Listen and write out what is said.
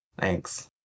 Thanks